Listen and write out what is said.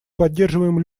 поддерживаем